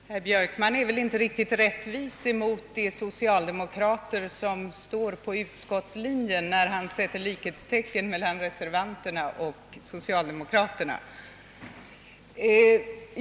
Herr talman! Herr Björkman är väl inte riktigt rättvis mot de socialdemokrater som följer utskottslinjen när han sätter likhetstecken mellan reservanterna och socialdemokraterna.